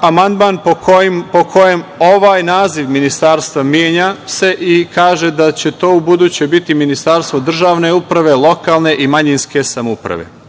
amandman po kojem ovaj naziv ministarstva menja se i kaže da će to ubuduće biti Ministarstvo državne uprave, lokalne i manjinske samouprave. Ostali